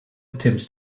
attempts